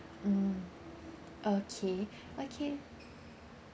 mm okay okay